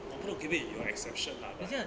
我不懂 give it 有 exception lah but I